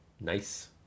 Nice